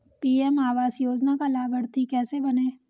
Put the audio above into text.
PM आवास योजना का लाभर्ती कैसे बनें?